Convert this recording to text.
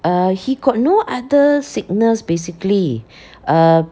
err he got no other sickness basically err